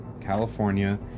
California